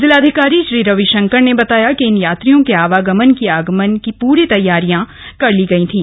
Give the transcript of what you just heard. जिलाधिकारी श्री रविशंकर ने बताया इन यात्रियों के आवागमन की आगमन की पूरी तैयारियां कर ली गई थी